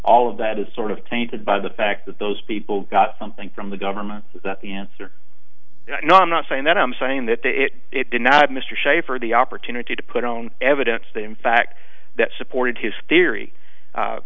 all of that is sort of tainted by the fact that those people got something from the government the answer no i'm not saying that i'm saying that it did not mr shafer the opportunity to put on evidence that in fact that supported his theory